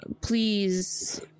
please